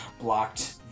blocked